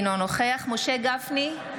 אינו נוכח משה גפני,